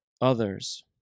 others